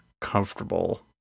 comfortable